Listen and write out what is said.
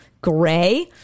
Gray